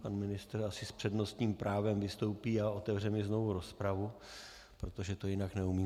Pan ministr asi s přednostním právem vystoupí a otevře mi znovu rozpravu, protože to jinak neumím zařídit.